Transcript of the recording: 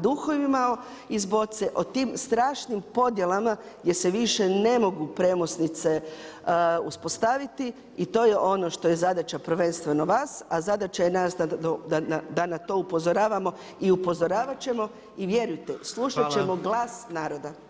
duhovima iz boce, o tim strašnim podjelama gdje se više ne mogu premosnice uspostaviti i to je ono što je zadaća prvenstveno vas, a zadaća je nas da na to upozoravam i upozoravat ćemo, i vjerujte, slušat ćemo glas naroda.